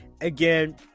again